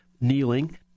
kneeling